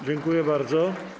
Dziękuję bardzo.